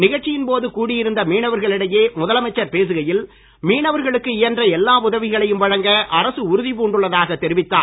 நிகழ்ச்சியின் போது கூடியிருந்த மீனவர்களிடையே முதலமைச்சர் பேசுகையில் மீனவர்களுக்கு இயன்ற எல்லா உதவிகளையும் வழங்க அரசு உறுதிப் பூண்டுள்ளதாக தெரிவித்தார்